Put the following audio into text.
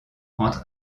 entre